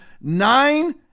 Nine